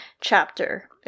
chapter